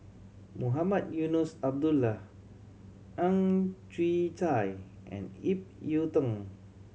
Mohamed Eunos Abdullah Ang Chwee Chai and Ip Yiu Tung